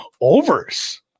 overs